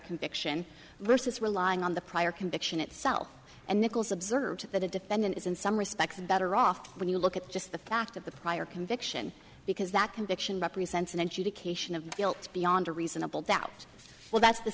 conviction versus relying on the prior conviction itself and nichols observed that the defendant is in some respects better off when you look at just the fact of the prior conviction because that conviction represents an adjudication of guilt beyond a reasonable doubt well that's the